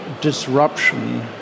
disruption